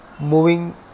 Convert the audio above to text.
moving